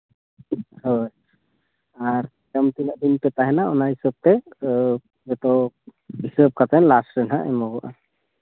ᱦᱳᱭ ᱟᱨ ᱡᱩᱫᱤ ᱯᱮ ᱛᱟᱦᱮᱱᱟ ᱚᱱᱟ ᱦᱤᱥᱟᱹᱵ ᱛᱮ ᱡᱚᱛᱚ ᱦᱤᱥᱟᱹᱵ ᱠᱟᱛᱮ ᱞᱟᱥᱴ ᱨᱮ ᱦᱟᱸᱜ ᱮᱢᱚᱜᱚᱜᱼᱟ